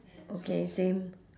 okay same